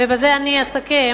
ובזה אני אסכם,